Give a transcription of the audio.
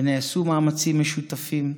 ונעשו מאמצים משותפים.